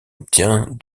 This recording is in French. obtient